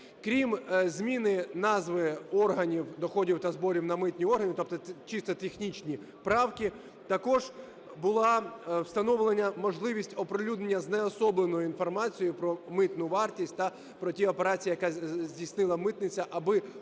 Крім зміни назви "органів доходів та зборів" на "митні органи", тобто чисто технічні правки, також була встановлена можливість оприлюднення знеособленої інформації про митну вартість та про ті операції, які здійснила митниця, аби усунути